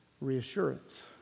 reassurance